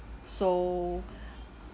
so